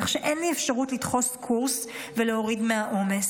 כך שאין לי אפשרות לדחות קורס ולהוריד מהעומס.